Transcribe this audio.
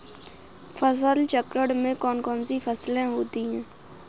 फसल चक्रण में कौन कौन सी फसलें होती हैं?